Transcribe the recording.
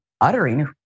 uttering